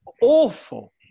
awful